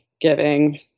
giving